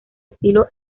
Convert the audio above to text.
estilo